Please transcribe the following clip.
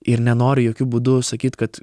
ir nenoriu jokiu būdu sakyt kad